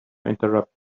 interrupted